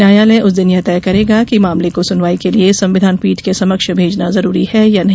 न्यायालय उस दिन यह तय करेगा कि मामले को सुनवाई के लिए संविधान पीठ के समक्ष भेजना जरूरी है या नहीं